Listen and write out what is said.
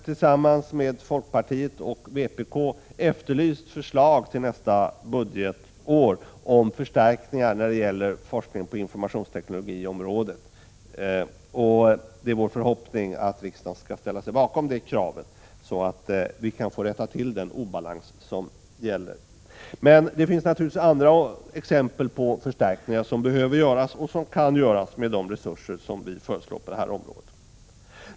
Tillsammans med folkpartiet och vpk har vi efterlyst förslag till nästa budgetår om förstärkningar när det gäller forskning på informationsteknologiområdet. Det är vår förhoppning att riksdagen skall ställa sig bakom det kravet, så att den obalans som råder kan rättas till. Naturligtvis finns det även andra exempel på förstärkningar som behöver göras och som kan göras med de resurser som vi föreslår på det här området.